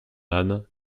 âne